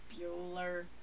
Bueller